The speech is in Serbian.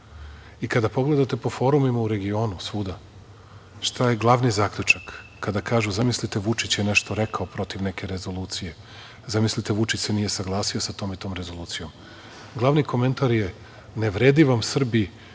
i kada pogledate po forumima u regionu svuda šta je glavni zaključak kada kažu - zamislite, Vučić je nešto rekao protiv neke rezolucije, zamislite, Vučić se nije saglasio sa tom i tom rezolucijom, glavni komentar je - ne vredi vam Srbi,